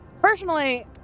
personally